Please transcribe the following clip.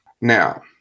Now